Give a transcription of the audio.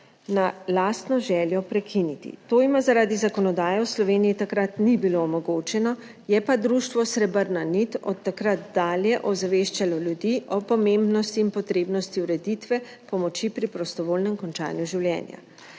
na lastno željo prekiniti. To jima zaradi zakonodaje v Sloveniji takrat ni bilo omogočeno. Je pa društvo Srebrna nit od takrat dalje ozaveščalo ljudi o pomembnosti in potrebnosti ureditve pomoči pri prostovoljnem končanju življenja.